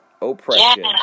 oppression